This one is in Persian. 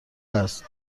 است